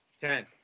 Ten